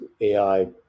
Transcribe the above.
AI